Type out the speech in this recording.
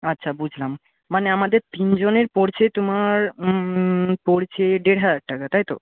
আচ্ছা বুঝলাম মানে আমাদের তিনজনের পড়ছে তোমার পড়ছে দেড় হাজার টাকা তাই তো